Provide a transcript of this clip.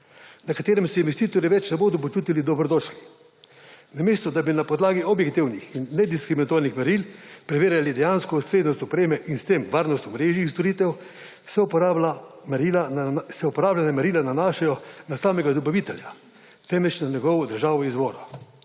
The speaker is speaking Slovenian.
na katerem se investitorji več ne bodo počutili dobrodošli. Namesto da bi na podlagi objektivnih in nediskriminatornih meril preverjali dejansko ustreznost opreme in s tem varnost omrežij in storitev, se uporabljena merila nanašajo na samega dobavitelja, na njegovo državo izvora,